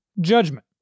judgment